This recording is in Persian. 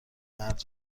مرد